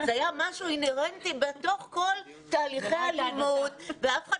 זה היה משהו אינהרנטי בתוך כל תהליכי הלימוד ואף אחד